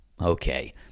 Okay